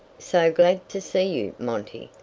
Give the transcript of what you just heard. so glad to see you, monty,